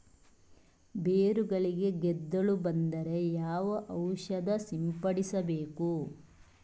ಬೇರುಗಳಿಗೆ ಗೆದ್ದಲು ಬಂದರೆ ಯಾವ ಔಷಧ ಸಿಂಪಡಿಸಬೇಕು?